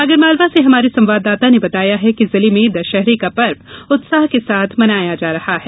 आगरमालवा से हमारे संवाददाता ने बताया है कि जिले में दशहरे का पर्व उत्साह के साथ मनाया जा रहा है